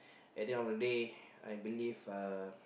at the end of the day I believe uh